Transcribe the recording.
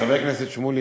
חבר הכנסת שמולי,